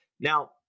Now